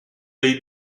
dei